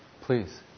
Please